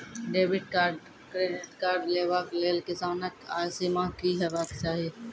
Debit या credit card लेवाक लेल किसानक आय सीमा की हेवाक चाही?